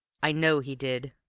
i know he did,